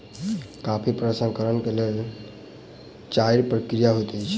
coffee प्रसंस्करण के लेल चाइर प्रक्रिया होइत अछि